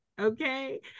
Okay